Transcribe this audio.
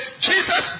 Jesus